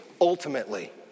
ultimately